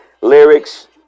lyrics